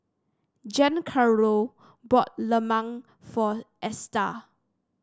Giancarlo bought lemang for Esta